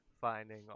finding